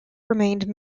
remained